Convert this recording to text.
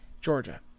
Georgia